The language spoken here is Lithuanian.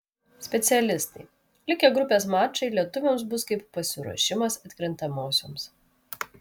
specialistai likę grupės mačai lietuviams bus kaip pasiruošimas atkrintamosioms